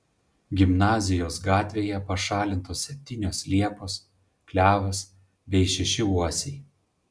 gimnazijos gatvėje pašalintos septynios liepos klevas bei šeši uosiai